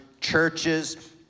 churches